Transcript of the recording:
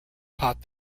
taught